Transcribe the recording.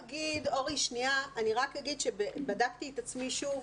אורי, אני רק אגיד שבדקתי את עצמי שוב